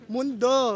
Mundo